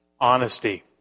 honesty